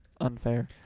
unfair